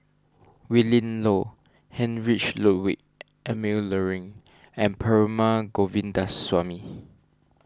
Willin Low Heinrich Ludwig Emil Luering and Perumal Govindaswamy